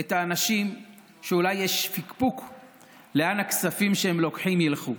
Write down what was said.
את האנשים שאולי יש פקפוק לאן הכספים שהם לוקחים ילכו.